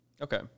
Okay